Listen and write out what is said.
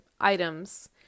items